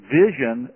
vision